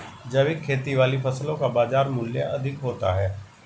जैविक खेती वाली फसलों का बाजार मूल्य अधिक होता है